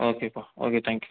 ஓகேப்பா okay thank you